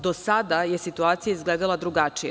Do sada je situacija izgledala drugačije.